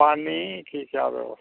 पानी की क्या व्यवस्था है